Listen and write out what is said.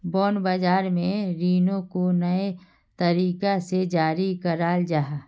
bond बाज़ार में रीनो को नए तरीका से जारी कराल जाहा